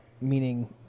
meaning